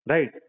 Right